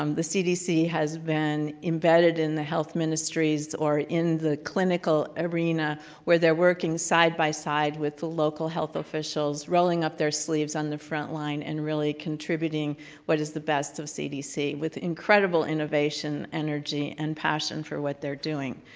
um the cdc has been embedded in the health ministries or in the clinical arena where they're working side-by-side with the local health officials rolling up their sleeves on the front line and really contributing what is the best of cdc with incredible innovation, energy and passion for what they're doing.